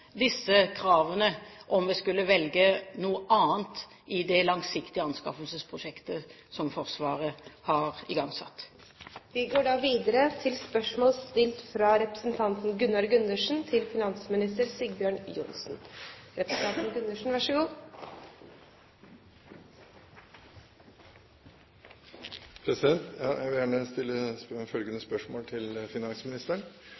disse kravene om vi skulle velge noe annet i det langsiktige anskaffelsesprosjektet som Forsvaret har igangsatt. Jeg vil gjerne stille følgende spørsmål